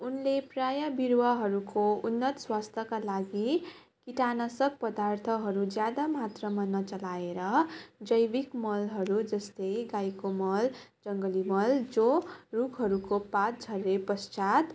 उनले प्रायः बिरुवाहरूको उन्नत स्वास्थ्यका लागि कीटनाशक पदार्थहरू ज्यादा मात्रामा नचलाएर जैविक मलहरू जस्तै गाईको मल जङ्गली मल जो रुखहरूको पात झरेपश्चात